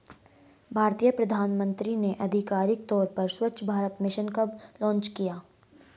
भारतीय प्रधानमंत्री ने आधिकारिक तौर पर स्वच्छ भारत मिशन कब लॉन्च किया?